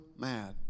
mad